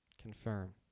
Confirm